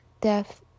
death